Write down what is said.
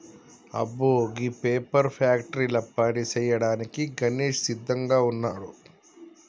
అబ్బో గీ పేపర్ ఫ్యాక్టరీల పని సేయ్యాడానికి గణేష్ సిద్దంగా వున్నాడు